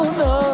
no